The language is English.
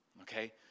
okay